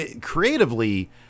creatively